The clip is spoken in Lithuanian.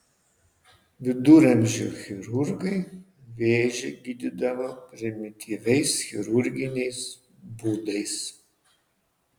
viduramžių chirurgai vėžį gydydavo primityviais chirurginiais būdais